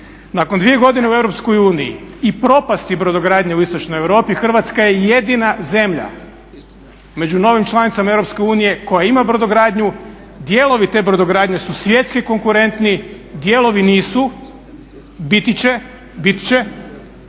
Nakon dvije godine u EU i propasti brodogradnje u istočnoj Europi Hrvatska je jedina zemlja među novim članicama Europske unije koja ima brodogradnju dijelovi te brodogradnje su svjetski konkurentni, dijelovi nisu, biti će, biti će,